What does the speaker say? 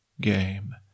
game